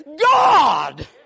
God